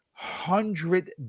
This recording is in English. hundred